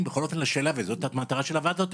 בכל אופן לשאלה וזאת המטרה של הוועדות,